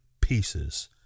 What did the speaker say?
pieces